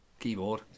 Keyboard